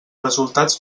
resultats